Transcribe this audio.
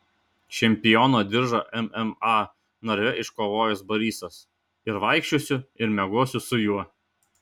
čempiono diržą mma narve iškovojęs barysas ir vaikščiosiu ir miegosiu su juo